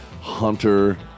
hunter